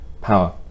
power